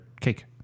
cake